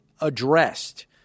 addressed